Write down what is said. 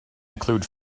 include